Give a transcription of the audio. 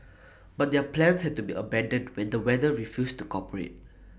but their plans had to be abandoned when the weather refused to cooperate